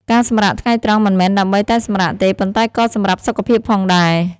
ការសម្រាកថ្ងៃត្រង់មិនមែនដើម្បីតែសម្រាកទេ ប៉ុន្តែក៏សម្រាប់សុខភាពផងដែរ។